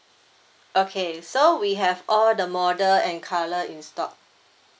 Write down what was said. okay so we have all the model and colour in stock